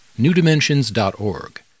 newdimensions.org